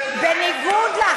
זה לא החוק.